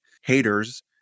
haters